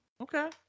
Okay